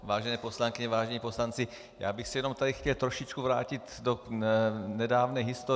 Vážené poslankyně, vážení poslanci, já bych se tady chtěl trošičku vrátit do nedávné historie.